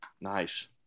Nice